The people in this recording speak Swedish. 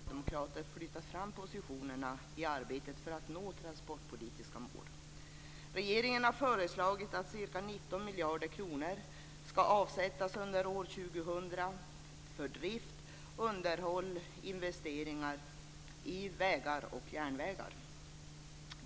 Herr talman! Transportpolitikens övergripande mål är att säkerställa en samhällsekonomiskt effektiv och långsiktigt hållbar transportförsörjning för medborgarna och näringslivet i hela landet. Detta mål preciseras i fem delmål: ett tillgängligt transportsystem, en hög transportkvalitet, en säker trafik, en god miljö och en positiv regional utveckling. Utifrån dessa mål och det ekonomiska läget är regeringens förslag till budget inom utgiftsområde 22, Kommunikationer, väl avvägt. På en rad punkter har vi socialdemokrater flyttat fram positionerna i arbetet för att nå de transportpolitiska målen. Regeringen har föreslagit att ca 19 miljarder kronor ska avsättas under år 2000 för drift, underhåll och investeringar i vägar och järnvägar.